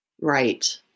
Right